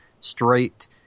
straight